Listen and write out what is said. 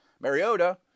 Mariota